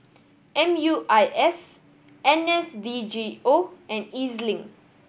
M U I S N S D G O and E Z Link